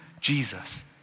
Jesus